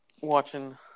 Watching